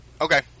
Okay